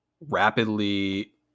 rapidly